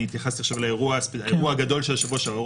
אני התייחסתי עכשיו לאירוע הגדול של השבוע שעבר.